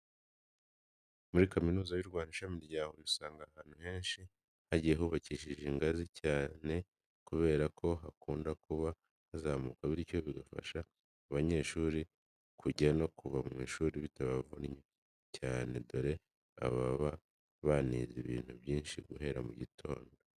Muri kaminuza y'u Rwanda, Ishami rya Huye usanga ahantu henshi hagiye hubakishije ingazi cyane kubera ko hakunda kuba hazamuka bityo bigafasha abanyeshuri kujya no kuva mu ishuri bitabavunnye cyane, dore baba banize ibintu byinshi guhera mu gitondo.